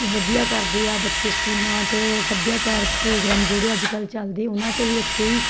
ਵਧੀਆ ਕਰਦੇ ਆ ਬੱਚੇ ਸਕੂਲਾਂ 'ਚ ਸੱਭਿਆਚਾਰ ਪ੍ਰੋਗਰਾਮ ਜਿਹੜੇ ਅੱਜ ਕੱਲ੍ਹ ਚੱਲਦੇ ਉਹਨਾਂ 'ਚ ਵੀ ਬੱਚੇ ਹੀ